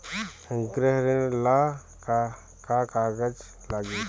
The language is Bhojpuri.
गृह ऋण ला का का कागज लागी?